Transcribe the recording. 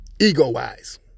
Ego-wise